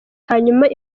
hanyuma